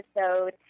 episode